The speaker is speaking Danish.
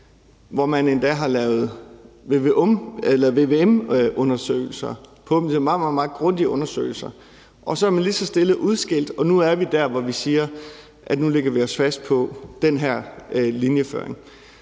man har endda lavet vvm-undersøgelser, meget, meget grundige undersøgelser, og så har man lige så stille udskilt det, og nu er vi der, hvor vi siger, at vi nu lægger os fast på den her linjeføring.